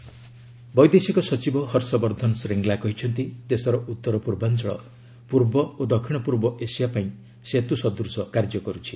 Shringla north east ବୈଦେଶିକ ସଚିବ ହର୍ଷବର୍ଦ୍ଧନ ଶ୍ରୀଙ୍ଗଲା କହିଛନ୍ତି ଦେଶର ଉତ୍ତର ପୂର୍ବାଞ୍ଚଳ ପୂର୍ବ ଓ ଦକ୍ଷିଣ ପୂର୍ବ ଏସିଆ ପାଇଁ ସେତୁ ସଦୃଶ କାର୍ଯ୍ୟ କରୁଛି